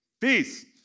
Peace